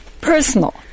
personal